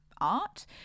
art